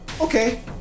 okay